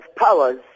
powers